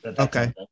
Okay